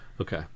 Okay